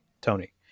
Tony